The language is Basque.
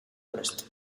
prest